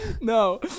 No